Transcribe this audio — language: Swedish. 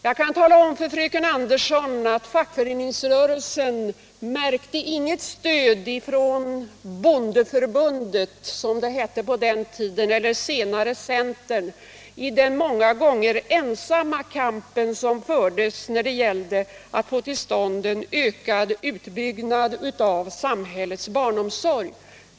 Jag kan tala om för fröken Andersson att fackföreningsrörelsen inte märkte något stöd från centern — eller bondeförbundet som det hette på den tiden — i den många gånger ensamma kamp som fackföreningsrörelsen förde för att få till stånd en ökad utbyggnad av samhällets barnomsorg.